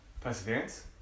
Perseverance